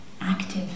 active